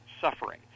suffering